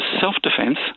self-defense